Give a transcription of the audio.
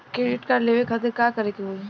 Credit card लेवे खातिर का करे के होई?